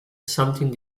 something